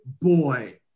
boy